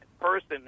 person